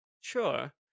Sure